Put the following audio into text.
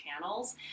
channels